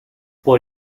por